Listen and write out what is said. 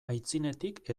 aitzinetik